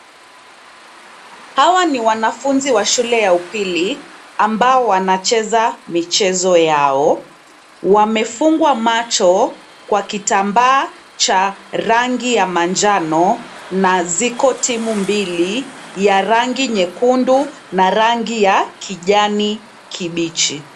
Hawa ni wanafunzi wa shule ya upili ambao wanacheza michezo yao, wamefungwa macho kwa kitambaa cha rangi ya manjano na ziko timu mbili ya rangi nyekundu na rangi ya kijani kibichi.